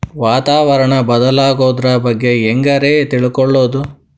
ವಾತಾವರಣ ಬದಲಾಗೊದ್ರ ಬಗ್ಗೆ ಹ್ಯಾಂಗ್ ರೇ ತಿಳ್ಕೊಳೋದು?